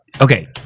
Okay